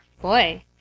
Boy